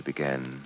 began